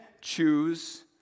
choose